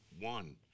One